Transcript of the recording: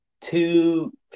two